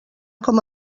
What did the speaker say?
com